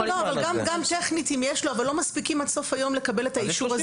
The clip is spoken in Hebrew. גם טכנית אם יש לו אבל לא מספיקים עד סוף היום לקבל את האישור.